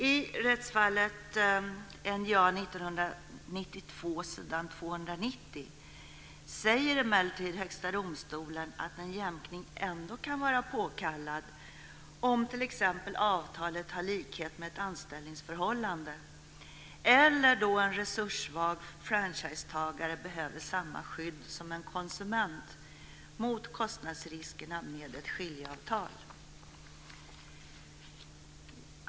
I rättsfallet NJA 1992 s. 290 säger emellertid Högsta domstolen att en jämkning ändå kan vara påkallad om t.ex. avtalet har likhet med ett anställningsförhållande eller då en resurssvag franchisetagare behöver samma skydd som en konsument mot kostnadsriskerna med ett skiljeavtal.